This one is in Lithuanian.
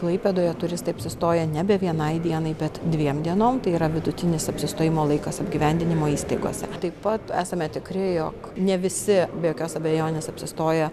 klaipėdoje turistai apsistoja nebe vienai dienai bet dviem dienom tai yra vidutinis apsistojimo laikas apgyvendinimo įstaigose taip pat esame tikri jog ne visi be jokios abejonės apsistoję